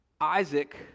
Isaac